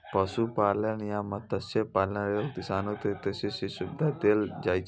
पशुपालन आ मत्स्यपालन लेल किसान कें के.सी.सी सुविधा देल जाइ छै